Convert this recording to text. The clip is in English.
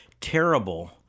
terrible